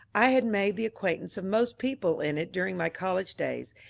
i had made the acquaintance of most people in it during my college days,